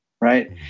right